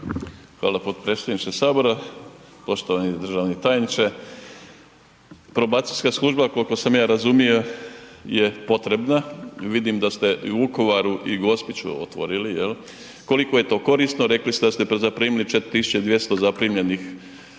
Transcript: Hvala potpredsjedniče Sabora. Poštovani državni tajniče. Probacijska služba koliko sam ja razumio je potrebna i vidim da ste i u Vukovaru i Gospiću otvorili jel, koliko je to korisno rekli ste zaprimili 4200 zaprimljenih,